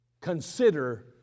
consider